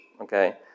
okay